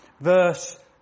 Verse